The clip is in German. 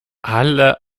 alle